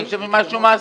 שנצא עם משהו מעשי.